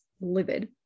livid